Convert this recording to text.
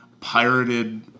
pirated